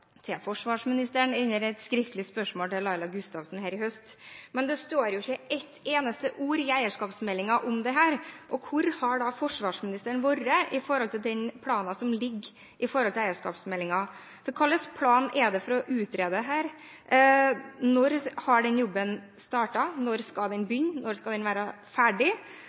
til forsvarsministeren på et skriftlig spørsmål fra Laila Gustavsen her i høst. Men det står jo ikke et eneste ord i eierskapsmeldingen om dette. Hvor har da forsvarsministeren vært, med tanke på den planen som ligger i forhold til eierskapsmeldingen? Hva slags plan er det for å utrede her – når har den jobben startet, når skal den begynne, når skal den være ferdig?